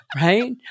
Right